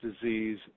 disease